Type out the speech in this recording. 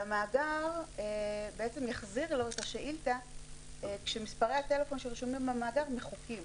והמאגר יחזיר לו תשובה שבה מספרי הטלפון שרשומים במאגר מחוקים.